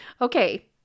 Okay